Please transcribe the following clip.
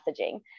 messaging